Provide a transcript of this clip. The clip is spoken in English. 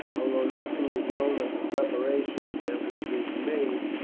although nothing was known of the preparations that were being made,